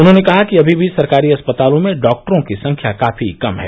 उन्होंने कहा कि अमी भी सरकारी अस्पतालों में डॉक्टरों की संख्या काफी कम है